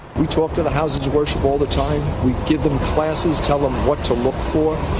we talk to the houses of worship all the time. we give them classes, tell them what to look for.